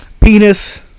Penis